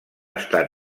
estat